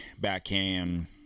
backhand